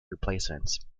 replacements